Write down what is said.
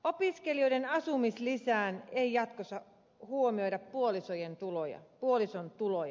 opiskelijoiden asumislisään ei jatkossa huomioida puolison tuloja